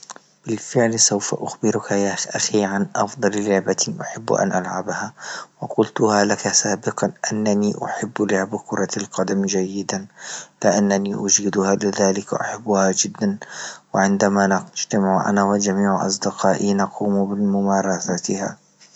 بالفعل سوف أخبرك يا أخي عن أفضل لعبة أحب أن ألعبها وقلتها لك سابقا أنني أحب لعبة كرة القدم جيدا لأنني أجيدها بذلك وأحبها جدا، وعندما لا أجتمع أنا وجميع أصدقائي نقوم بالممارساتها.